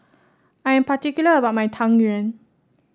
I am particular about my Tang Yuen